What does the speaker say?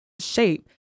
shape